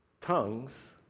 tongues